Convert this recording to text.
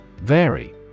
Vary